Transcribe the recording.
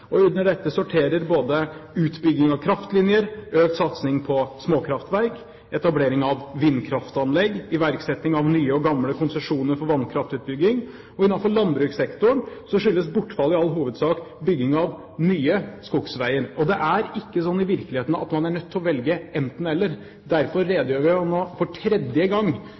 Under dette sorterer både utbygging av kraftlinjer, økt satsing på småkraftverk, etablering av vindkraftanlegg og iverksetting av nye og gamle konsesjoner for vannkraftutbygging. Innenfor landbrukssektoren skyldes bortfallet i all hovedsak bygging av nye skogsveier. Det er ikke sånn i virkeligheten at man er nødt til å velge enten eller. Derfor redegjør jeg nå for tredje gang